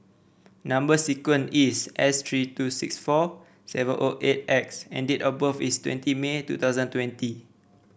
number sequence is S three two six four seven O eight X and date of birth is twenty May two thousand twenty